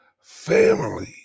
Family